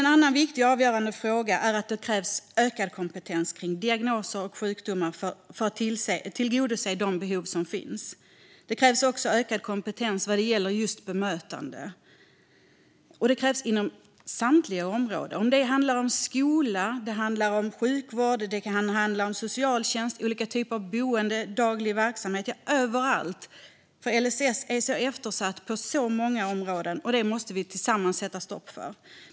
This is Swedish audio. En annan viktig och avgörande fråga är att det krävs ökad kompetens kring diagnoser och sjukdomar för att tillgodose de behov som finns. Det krävs också ökad kompetens vad gäller just bemötande, och det krävs inom samtliga områden: inom skolan, inom socialtjänst, på olika typer av boenden och daglig verksamhet - ja, överallt. LSS är eftersatt på så många områden, och det måste vi tillsammans sätta stopp för.